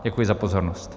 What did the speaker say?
Děkuji za pozornost.